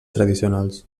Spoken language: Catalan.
tradicionals